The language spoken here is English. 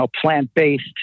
plant-based